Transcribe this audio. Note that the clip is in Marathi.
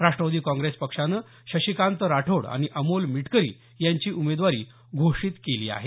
राष्ट्रवादी काँग्रेस पक्षानं शशीकांत राठोड आणि अमोल मिटकरी यांची उमेदवारी घोषित केली आहे